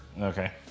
Okay